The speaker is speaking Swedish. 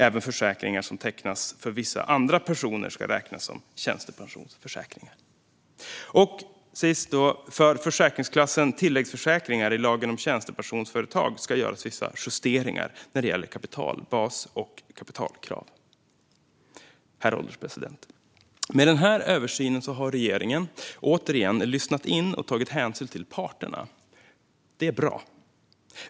Även försäkringar som tecknas för vissa andra personer ska räknas som tjänstepensionsförsäkringar. För försäkringsklassen tilläggsförsäkringar i lagen om tjänstepensionsföretag ska det göras vissa justeringar när det gäller kapitalbas och kapitalkrav. Herr ålderspresident! Med denna översyn har regeringen återigen lyssnat in och tagit hänsyn till parterna. Det är bra.